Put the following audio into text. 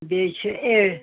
بیٚیہِ چھِ ایٹتھہٕ